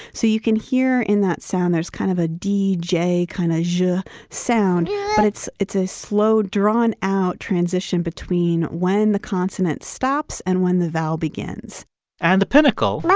so you can hear in that sound, there's kind of a d j kind of juh sound but it's it's a slow, drawn-out transition between when the consonant stops and when the vowel begins and the pinnacle.